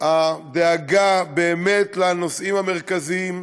באמת הדאגה לנושאים המרכזיים?